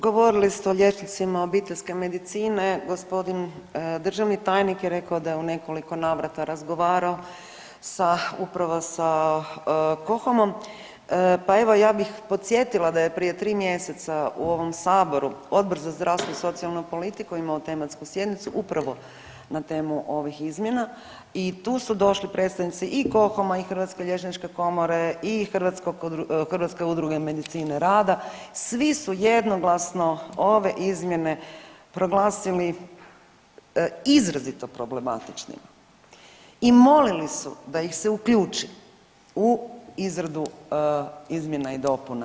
Govorili ste o liječnicima obiteljske medicine, g. državni tajnik je rekao da je u nekoliko navrata razgovarao sa upravo sa KoHOM-om pa evo ja bih podsjetila da je prije tri mjeseca u ovom sabor, Odbor za zdravstvo i socijalnu politiku imao tematsku sjednicu upravo na temu ovih izmjena i tu su došli predstavnici i KoHOM-a i Hrvatske liječničke komore i Hrvatske udruge medicine rada svi su jednoglasno ove izmjene proglasili izrazito problematičnim i molili su da ih se uključi u izradu izmjena i dopuna.